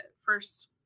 first